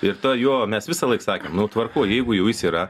ir tą jo mes visąlaik sakėm nu tvarkoj jeigu jau jis yra